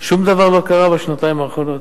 שום דבר לא קרה בשנתיים האחרונות,